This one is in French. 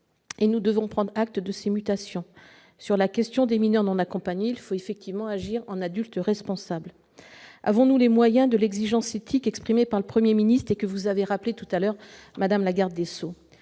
et nous devons prendre acte de ces mutations. Sur la question des mineurs non accompagnés, il faut effectivement agir en adulte responsable. Avons-nous les moyens de l'exigence éthique exprimée par le Premier ministre et que vous venez de rappeler, madame la garde des sceaux ?